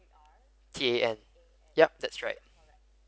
T A N yup that's right